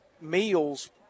meals